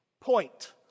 point